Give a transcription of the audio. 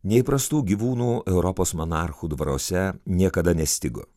neįprastų gyvūnų europos monarchų dvaruose niekada nestigo